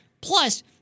Plus